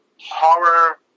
horror